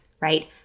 right